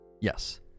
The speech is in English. yes